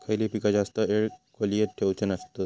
खयली पीका जास्त वेळ खोल्येत ठेवूचे नसतत?